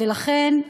לכן,